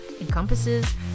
encompasses